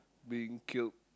being killed